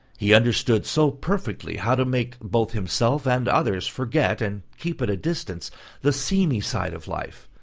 he understood so perfectly how to make both himself and others forget and keep at a distance the seamy side of life,